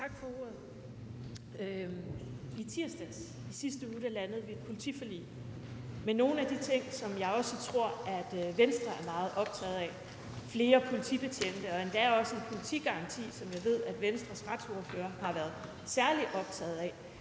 Tak for ordet. I tirsdags i sidste uge landede vi et politiforlig med nogle af de ting, som jeg også tror at Venstre er meget optaget af, som flere politibetjente og endda også en politigaranti, som jeg ved at Venstres retsordfører har været særlig optaget af.